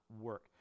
work